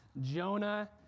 Jonah